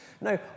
No